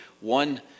one